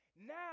now